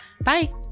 Bye